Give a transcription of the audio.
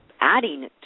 adding